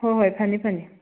ꯍꯣꯏ ꯍꯣꯏ ꯐꯅꯤ ꯐꯅꯤ